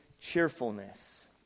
cheerfulness